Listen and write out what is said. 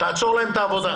תעצור להם את העבודה.